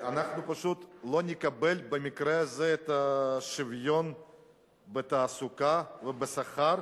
אנחנו פשוט לא נקבל במקרה הזה את השוויון בתעסוקה ובשכר,